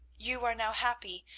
you are now happy,